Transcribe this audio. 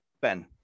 ben